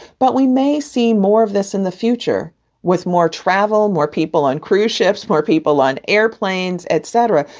but we may see more of this in the future with more travel, more people on cruise ships, more people on airplanes, et cetera.